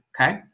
okay